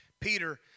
Peter